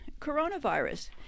coronavirus